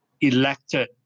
elected